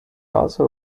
also